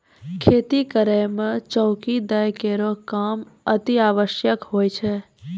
खेती करै म चौकी दै केरो काम अतिआवश्यक होय छै